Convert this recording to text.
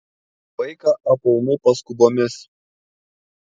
vaiką apaunu paskubomis